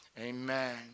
amen